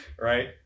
right